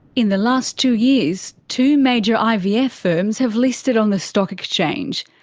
in the last two years, two major ivf yeah firms have listed on the stock exchange.